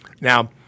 Now –